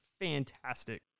fantastic